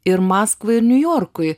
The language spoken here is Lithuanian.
ir maskvai ir niujorkui